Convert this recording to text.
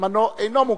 זמנו אינו מוגבל.